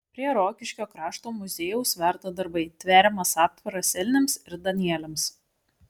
prie rokiškio krašto muziejaus verda darbai tveriamas aptvaras elniams ir danieliams